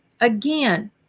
again